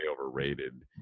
overrated